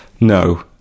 No